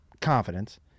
confidence